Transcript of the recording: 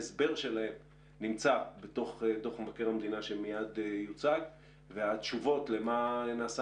ההסבר שלהם נמצא בתוך דוח מבקר המדינה שמיד יוצג והתשובות למה נעשה